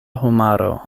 homaro